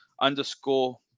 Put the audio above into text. underscore